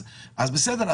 אז בסדר,